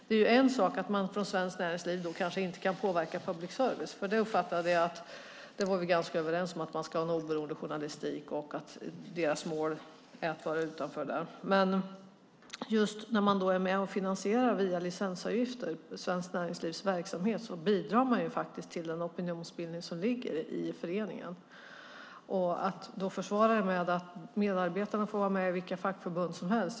Det är en sak att man från Svenskt Näringsliv kanske inte kan påverka public service. Jag uppfattade att vi var ganska överens om att man ska ha en oberoende journalistik och att deras mål är att vara utanför. Men just när man är med och finansierar Svenskt Näringslivs verksamhet via licensavgifter bidrar man faktiskt till en opinionsbildning som ligger i föreningen. Kulturministern försvarar detta med att medarbetarna får vara med i vilka fackförbund som helst.